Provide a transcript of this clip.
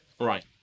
Right